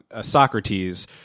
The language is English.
Socrates